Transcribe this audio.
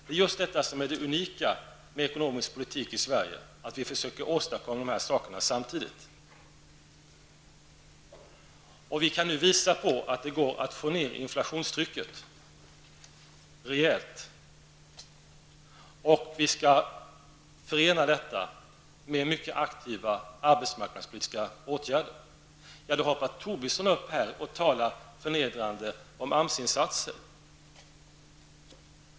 Det är just detta som är det unika med ekonomisk politik i Sverige, dvs. att vi försöker åstadkomma dessa saker samtidigt. Vi kan nu visa att det går att få ner inflationstrycket rejält. Och vi skall förena detta med mycket aktiva arbetsmarknadspolitiska åtgärder. Lars Tobisson hoppade upp i talarstolen och talade förnedrande om AMS-insatser.